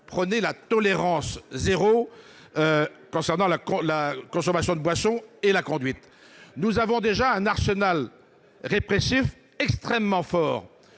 dernier, la tolérance zéro concernant la consommation de boissons et la conduite. Nous avons déjà un arsenal répressif extrêmement fort.